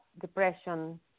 depression